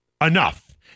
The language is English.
enough